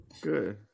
good